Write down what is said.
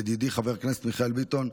ידידי חבר הכנסת מיכאל ביטון,